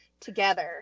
together